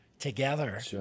together